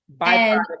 Byproduct